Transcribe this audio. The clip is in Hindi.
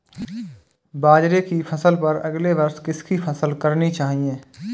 बाजरे की फसल पर अगले वर्ष किसकी फसल करनी चाहिए?